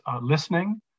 listening